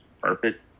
perfect